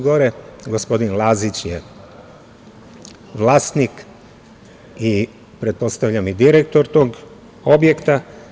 Gospodin Lazić je vlasnik, i pretpostavljam i direktor tog objekta.